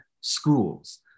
schools